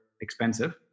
expensive